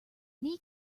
need